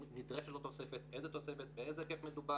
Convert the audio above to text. אם נדרשת לו תוספת, איזו תוספת, באיזה היקף מדובר,